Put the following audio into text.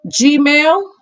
Gmail